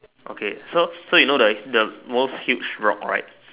okay so so you know the the most huge rock right